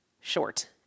short